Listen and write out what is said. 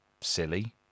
silly